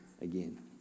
again